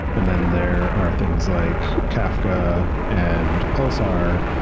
and then there are things like kafka and pulsar,